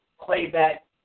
playback